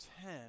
ten